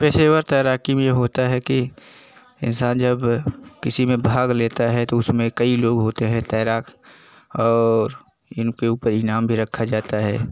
पेशेवर तैराकी होता है कि इंसान जब किसी में भाग लेता है तो उसमें कई लोग होते हैं तैराक और इनके ऊपर इनाम भी रखा जाता है